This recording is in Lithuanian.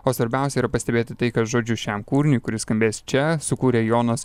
o svarbiausia yra pastebėti tai kad žodžius šiam kūriniui kuris skambės čia sukūrė jonas